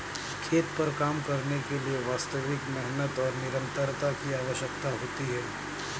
खेत पर काम करने के लिए वास्तविक मेहनत और निरंतरता की आवश्यकता होती है